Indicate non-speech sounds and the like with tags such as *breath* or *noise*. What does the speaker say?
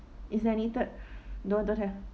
is there any third *breath* no don't have